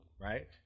right